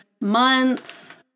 months